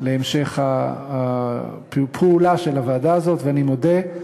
להמשך הפעולה של הוועדה הזאת, ואני מודה,